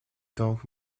donc